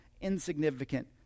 insignificant